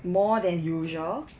more than usual